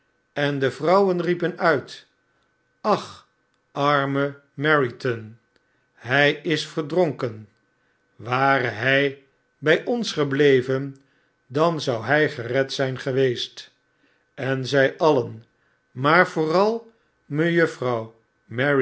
en de vrouwen riepen uit ach arme meriton hy is verdronken ware hy by ons gebleven dan zou hij gered zyn geweest en zy alien maar vooralmejuffrouw mary